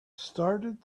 started